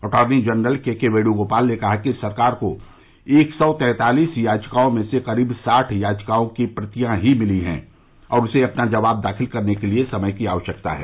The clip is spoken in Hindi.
attorney general K K Venugopal ने कहा कि सरकार को एक सौ तैंतालीस याचिकाओं में से करीब साठ याचिकाओं की प्रतियां ही मिली हैं और उसे अपना जवाब दाखिल करने के लिए समय की आवश्यकता है